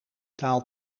taal